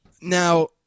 Now